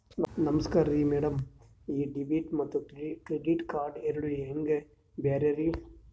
ನಮಸ್ಕಾರ್ರಿ ಮ್ಯಾಡಂ ಈ ಡೆಬಿಟ ಮತ್ತ ಕ್ರೆಡಿಟ್ ಕಾರ್ಡ್ ಎರಡೂ ಹೆಂಗ ಬ್ಯಾರೆ ರಿ?